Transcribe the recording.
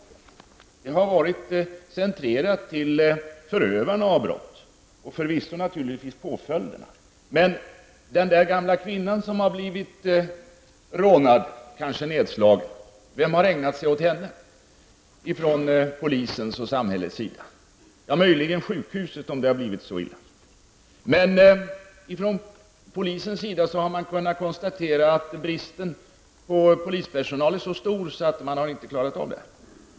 Intresset har varit koncentrerat till förövarna av brott och förvisso naturligtvis påföljderna. Men den gamla kvinnan som har blivit rånad, kanske nedslagen, vem har ägnat sig åt henne från polisens och samhällets sida? Möjligen sjukhuset, om det har blivit så illa. Från polisens sida har man kunnat konstatera att bristen på polispersonal är så stor att man inte har klarat av det.